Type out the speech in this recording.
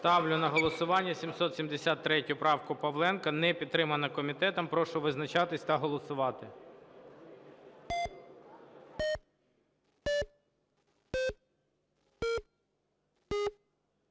Ставлю на голосування 773 правку Павленка. Не підтримана комітетом. Прошу визначатись та голосувати.